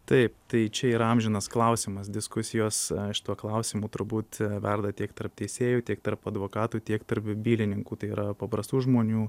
taip tai čia yra amžinas klausimas diskusijos šituo klausimu turbūt verda tiek tarp teisėjų tiek tarp advokatų tiek tarp bylininkų tai yra paprastų žmonių